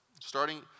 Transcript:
starting